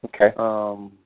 Okay